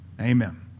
Amen